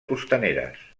costaneres